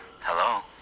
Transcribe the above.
Hello